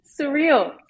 surreal